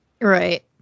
Right